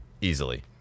easily